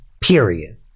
Period